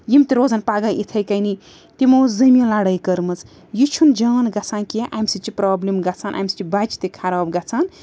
یِم تہِ روزَن پَگاہ یِتھَے کٔنی تِمو ٲس زٔمیٖن لَڑٲے کٔرمٕژ یہِ چھُنہٕ جان گژھان کیٚنٛہہ اَمہِ سۭتۍ چھِ پرٛابلِم گَژھان اَمہِ سۭتۍ چھِ بَچہِ تہِ خراب گَژھان